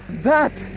that!